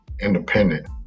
independent